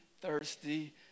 thirsty